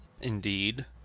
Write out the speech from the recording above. Indeed